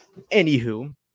anywho